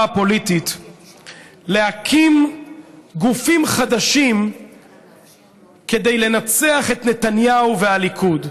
הפוליטית להקים גופים חדשים כדי לנצח את נתניהו והליכוד.